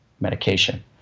medication